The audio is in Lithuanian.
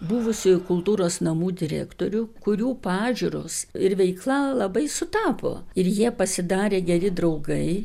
buvusiųjų kultūros namų direktorių kurių pažiūros ir veikla labai sutapo ir jie pasidarė geri draugai